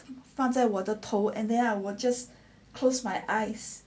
放在我的头 and there I will just close my eyes